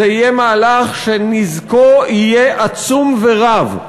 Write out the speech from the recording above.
יהיה מהלך שנזקו יהיה עצום ורב.